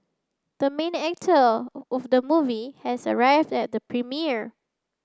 the main actor of the movie has arrived at the premiere